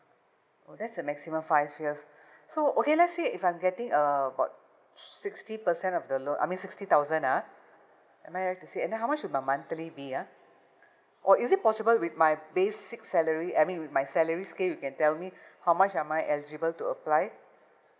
oh that's the maximum five years so okay let's say if I'm getting uh about sixty percent of the loan I mean sixty thousand lah am I right to say and then how much will my monthly be ah or is it possible with my basic salary I mean with my salary scale you can tell me how much am I eligible to apply